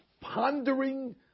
Pondering